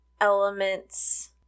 elements